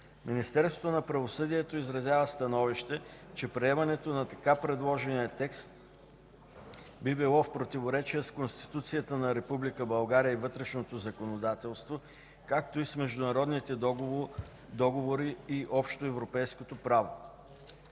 Министерството на правосъдието изразява становище, че приемането на така предложения текст би било в противоречие с Конституцията на Република България и вътрешното законодателство, както и с международните договори и общоевропейското право.